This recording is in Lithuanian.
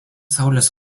saulės